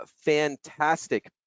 fantastic